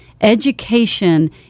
Education